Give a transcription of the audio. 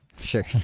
Sure